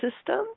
system